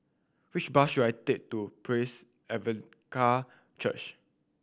which bus should I take to Praise Church